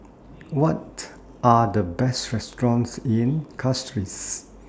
What Are The Best restaurants in Castries